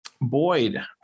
Boyd